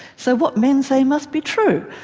so what men say must be true.